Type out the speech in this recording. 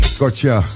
gotcha